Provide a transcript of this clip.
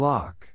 Lock